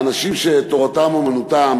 האנשים שתורתם-אומנותם